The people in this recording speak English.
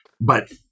But-